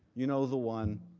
you know the one.